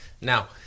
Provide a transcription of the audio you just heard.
Now